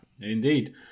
indeed